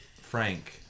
Frank